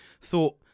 thought